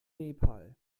nepal